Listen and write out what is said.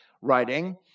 writing